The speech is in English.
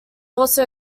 also